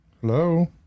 Hello